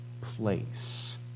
place